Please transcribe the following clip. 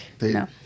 No